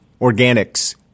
Organics